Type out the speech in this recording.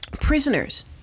prisoners